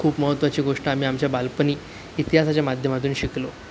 खूप महत्वाची गोष्ट आम्ही आमच्या बालपणी इतिहासाच्या माध्यमातून शिकलो